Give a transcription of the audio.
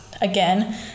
again